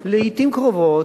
לעתים קרובות,